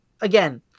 again